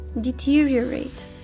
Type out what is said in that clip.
deteriorate